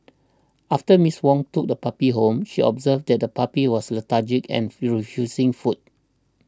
after Miss Wong took the puppy home she observed that the puppy was lethargic and refusing food